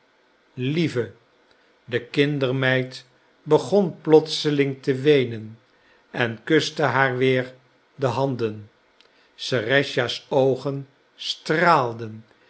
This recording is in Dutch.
lieve de kindermeid begon plotseling te weenen en kuste haar weer de handen serëscha's oogen straalden